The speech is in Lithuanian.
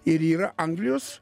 ir yra anglijos